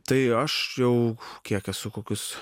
tai aš jau kiek esu kokius